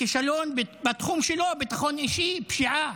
כישלון בתחום שלו, ביטחון אישי, פשיעה.